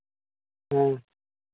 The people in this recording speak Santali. ᱦᱮᱸ